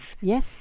Yes